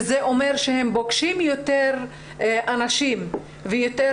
וזה אומר שהן פוגשות יותר אנשים ויותר